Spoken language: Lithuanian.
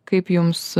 kaip jums